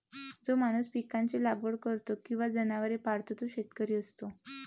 जो माणूस पिकांची लागवड करतो किंवा जनावरे पाळतो तो शेतकरी असतो